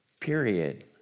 Period